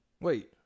wait